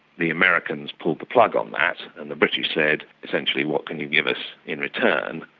the americans pulled the plug on that and the british said, essentially, what can you give us in return.